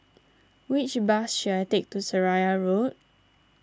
which bus should I take to Seraya Road